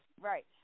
right